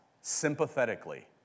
sympathetically